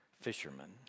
fishermen